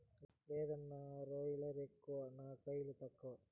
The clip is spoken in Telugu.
లేదన్నా, రోలర్ ఎక్కువ నా కయిలు తక్కువ